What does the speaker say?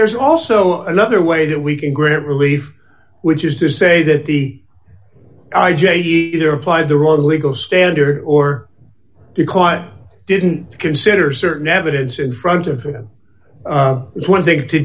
there's also another way that we can grant relief which is to say that the i j a either applied the wrong legal standard or the client didn't consider certain evidence in front of him one thing to